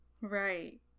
right